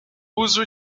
uso